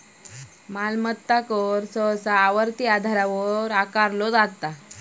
मालमत्ता कर सहसा आवर्ती आधारावर आकारला जाता